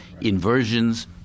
inversions